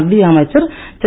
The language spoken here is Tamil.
மத்திய அமைச்சர் திரு